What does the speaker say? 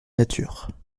nature